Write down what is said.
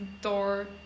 door